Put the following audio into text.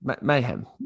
mayhem